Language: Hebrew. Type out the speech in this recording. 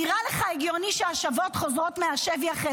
נראה לך הגיוני שהשבות חוזרות מהשבי אחרי